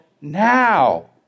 now